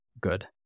good